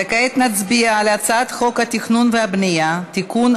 כעת נצביע על הצעת חוק התכנון והבנייה (תיקון,